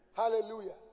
hallelujah